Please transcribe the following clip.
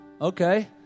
Okay